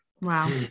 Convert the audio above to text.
Wow